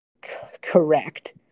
correct